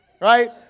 right